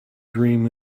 dream